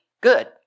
Good